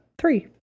three